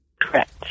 Correct